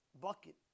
bucket